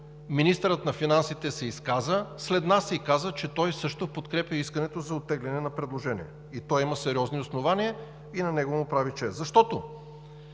министърът на финансите се изказа след нас и каза, че той също подкрепя искането за оттегляне на предложението – и той има сериозни основания, и на него му прави чест, защото